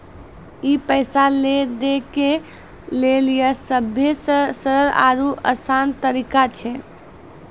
ई पैसा लै दै के लेली सभ्भे से सरल आरु असान तरिका छै